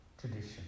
tradition